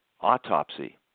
autopsy